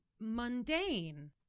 mundane